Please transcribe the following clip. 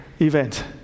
event